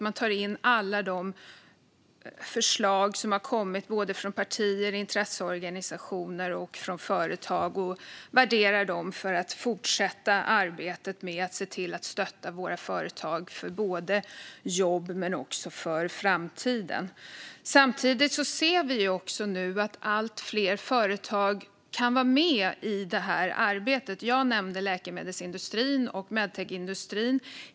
Man tar in alla de förslag som har kommit från partier, intresseorganisationer och företag och värderar dem för att fortsätta arbetet med att se till att stötta våra företag för både jobb och framtiden. Samtidigt ser vi nu att allt fler företag kan vara med i arbetet. Jag nämnde läkemedelsindustrin och medtechindustrin.